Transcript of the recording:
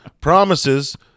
promises